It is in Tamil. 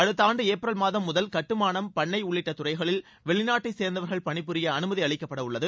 அடுத்த ஆண்டு ஏப்ரல் மாதம் முதல் கட்டுமானம் பண்ணை உள்ளிட்ட துறைகளில் வெளிநாட்டைச் சேர்ந்தவர்கள் பணிபுரிய அனுமதி அளிக்கப்படவுள்ளது